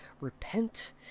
repent